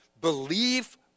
believe